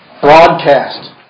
broadcast